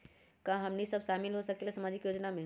का हमनी साब शामिल होसकीला सामाजिक योजना मे?